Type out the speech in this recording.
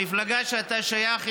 המפלגה שאתה שייך אליה,